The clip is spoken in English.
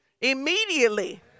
Immediately